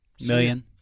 Million